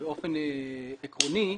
באופן עקרוני,